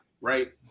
right